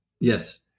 Yes